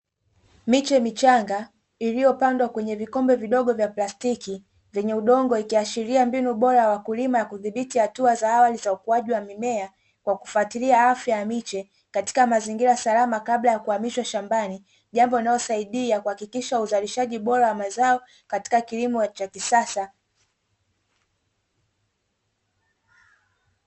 Miche michanga iliyopandwa kwenye vikombe vidogo vya plastiki zenye udongo ikiashiria mbinu bora ya wakulima ya kudhibiti hatua za awali za ukuaji wa mimea, kwa kufuatilia afya ya miche katika mazingira salama kabla ya kuhamishwa shambani jambo linalosaidia kuhakikisha uzalishaji bora wa mazao katika kilimo cha kisasa.